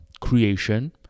creation